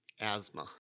Asthma